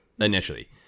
Initially